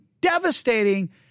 devastating